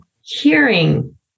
hearing